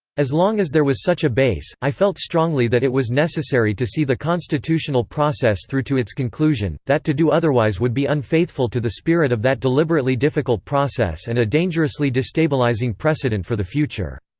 as long as there was such a base, i felt strongly that it was necessary to see the constitutional process through to its conclusion, that to do otherwise would be unfaithful to the spirit of that deliberately difficult process and a dangerously destabilizing precedent for the future.